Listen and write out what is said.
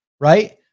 right